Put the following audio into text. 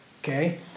Okay